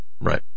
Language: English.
right